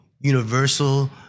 universal